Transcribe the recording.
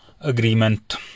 agreement